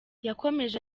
yakomeje